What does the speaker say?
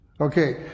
Okay